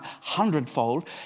hundredfold